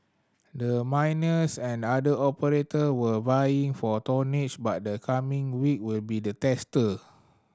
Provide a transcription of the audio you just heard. the miners and other operator were vying for tonnage but the coming week will be the tester